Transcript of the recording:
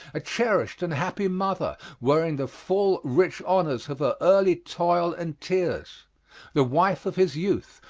a cherished and happy mother, wearing the full rich honors of her early toil and tears the wife of his youth,